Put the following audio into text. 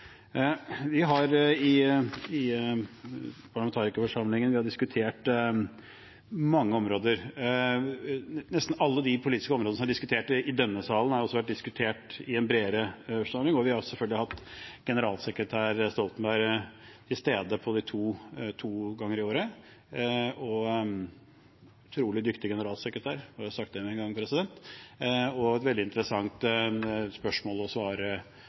vi diskutert mange områder. Nesten alle de politiske områdene som har vært diskutert i denne salen, har også blitt diskutert bredt i forsamlingen, hvor vi selvfølgelig også har hatt generalsekretær Stoltenberg til stede to ganger i året. Han er en utrolig dyktig generalsekretær – jeg vil bare ha sagt det med en gang – og det har vært veldig interessante spørsmål og svar-seanser begge gangene. Et